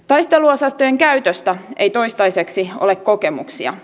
taisteluosastojen käytöstä ei toistaiseksi ole kokemuksia